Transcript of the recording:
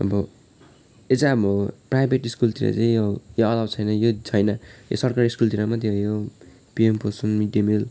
अब यो चाहिँ हाम्रो प्राइभेट स्कुलतिर चाहिँ यो अलाउ छैन यो छैन यो सरकारी स्कुलतिर मात्रै हो यो पिएम पोषण मिडडे मिल